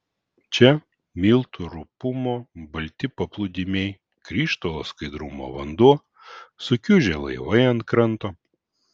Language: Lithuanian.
čia miltų rupumo balti paplūdimiai krištolo skaidrumo vanduo sukiužę laivai ant kranto